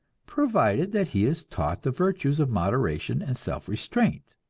provided that he is taught the virtues of moderation and self-restraint.